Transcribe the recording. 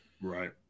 right